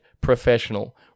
professional